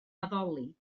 addoli